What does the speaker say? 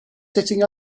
sitting